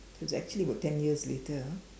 it's actually about ten years later ah